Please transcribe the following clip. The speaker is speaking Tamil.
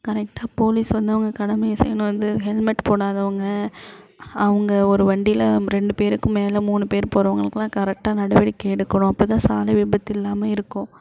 கரெக்டாக போலீஸ் வந்து அவங்க கடமையை செய்யணும் வந்து ஹெல்மெட் போடாதவங்க அவங்க ஒரு வண்டியில் ரெண்டு பேருக்கு மேலே மூணு பேர் போகிறவங்களுக்குலாம் கரெட்டாக நடவடிக்கை எடுக்கணும் அப்போ தான் சாலை விபத்தில்லாமல் இருக்கும்